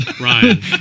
Ryan